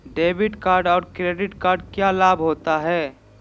Debit card और credit card क्या लाभ होता है?